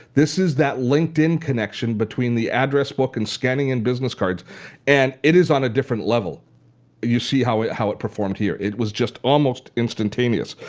this is that linkedin connection between the address book and scanning in business cards and it is on a different level and you see how it how it performed here. it was just almost instantaneous.